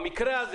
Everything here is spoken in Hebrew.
במקרה הזה